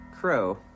crow